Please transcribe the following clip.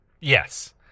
Yes